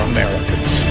Americans